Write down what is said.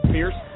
Pierce